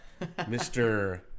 Mr